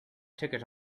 ticket